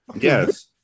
yes